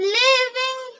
living